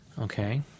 Okay